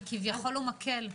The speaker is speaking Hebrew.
מכיוון שהוא כביכול מקל.